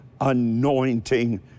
anointing